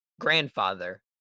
Grandfather